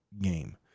game